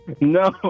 no